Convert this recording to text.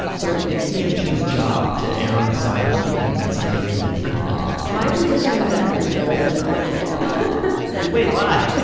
so, it's cmg's job to err on the side of thinking that something is an infringement my position is that everything is an infringement wait. why?